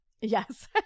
Yes